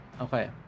Okay